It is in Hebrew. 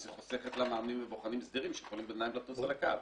אז היא חוסכת לה מאמנים ובוחנים סדירים שיכולים לטוס על הקו.